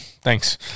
thanks